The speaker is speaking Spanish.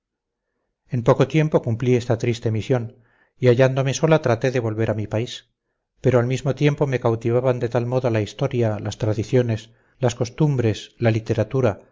en poco tiempo cumplí esta triste misión y hallándome sola traté de volver a mi país pero al mismo tiempo me cautivaban de tal modo la historia las tradiciones las costumbres la literatura